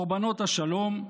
קורבנות השלום,